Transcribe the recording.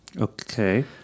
Okay